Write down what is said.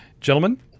gentlemen